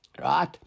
Right